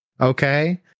okay